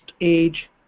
age